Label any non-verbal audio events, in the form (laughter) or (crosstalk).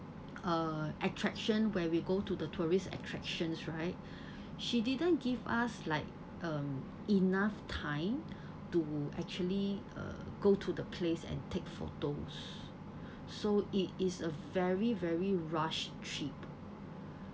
uh attraction when we go to the tourist attractions right (breath) she didn't give us like um enough time to actually uh go to the place and take photos so it is a very very rushed trip